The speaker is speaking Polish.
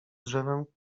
drzewem